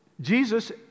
Jesus